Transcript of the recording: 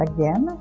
Again